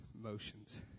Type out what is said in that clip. motions